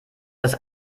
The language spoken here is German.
das